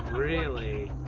really?